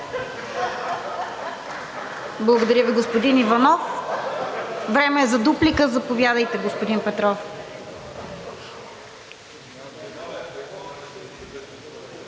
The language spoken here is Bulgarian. Благодаря Ви, господин Иванов. Време е за дуплика. Заповядайте, господин Петров.